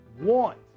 want